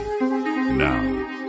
Now